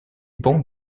bon